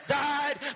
died